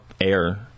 air